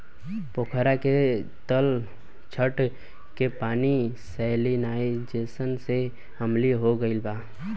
पोखरा के तलछट के पानी सैलिनाइज़ेशन से अम्लीय हो गईल बा